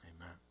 Amen